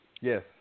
Yes